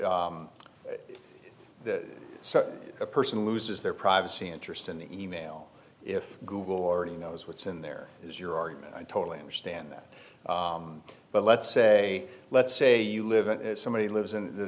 so a person loses their privacy interest in the e mail if google already knows what's in there is your argument i totally understand that but let's say let's say you live and somebody lives in the